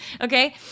Okay